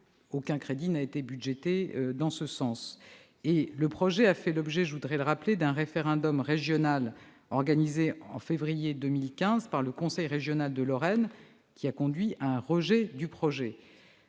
aucun crédit n'a été budgété en ce sens. Le projet a fait l'objet- je veux le rappeler -d'un référendum régional organisé en février 2015 par le conseil régional de Lorraine, qui a conduit à un rejet. Je